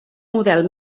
model